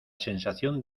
sensación